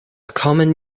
common